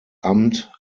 amt